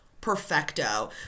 perfecto